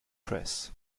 press